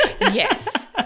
Yes